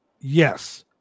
yes